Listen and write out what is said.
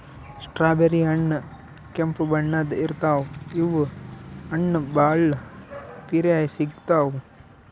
strawberry ಹಣ್ಣ್ ಕೆಂಪ್ ಬಣ್ಣದ್ ಇರ್ತವ್ ಇವ್ ಹಣ್ಣ್ ಭಾಳ್ ಪಿರೆ ಸಿಗ್ತಾವ್